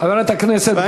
חברת הכנסת גלאון,